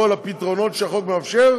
בכל הפתרונות שהחוק מאפשר,